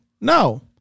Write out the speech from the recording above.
No